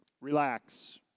Relax